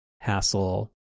hassle